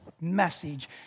message